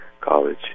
college